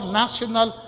national